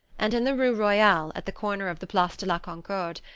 and in the rue royale, at the corner of the place de la concorde,